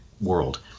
world